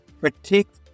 protect